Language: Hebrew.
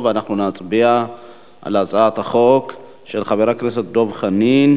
ואנחנו נצביע על הצעת החוק של חבר הכנסת דב חנין,